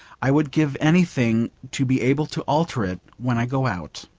i would give anything to be able to alter it when i go out.